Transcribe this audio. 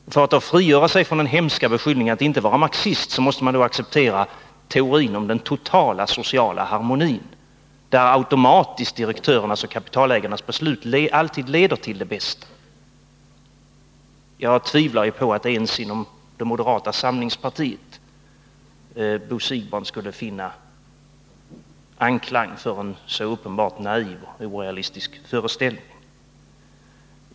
Och för att frigöra sig från den hemska beskyllningen att vara marxist måste man acceptera teorin om den totala sociala harmonin, där automatiskt direktörernas och kapitalägarnas beslut alltid leder till det bästa. Jag tvivlar på att Bo Siegbahn ens inom moderata samlingspartiet kan vinna anklang för en så uppenbart naiv och orealistisk föreställning.